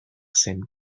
zen